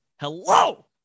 Hello